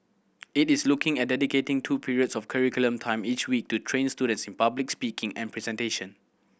it is looking at dedicating two periods of curriculum time each week to train students in public speaking and presentation